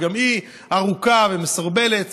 שהיא גם ארוכה ומסורבלת,